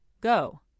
Go